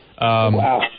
Wow